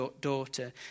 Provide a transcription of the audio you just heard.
daughter